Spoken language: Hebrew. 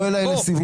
בוא אליי לסיבוב.